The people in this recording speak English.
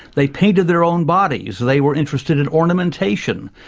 they painted their own bodies, they were interested in ornamentation,